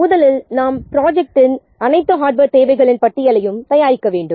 எனவே முதலில் நாம் ப்ரொஜெக்டின் அனைத்து ஹார்ட்வேர் தேவைகளின் பட்டியலையும் தயாரிக்க வேண்டும்